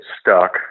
stuck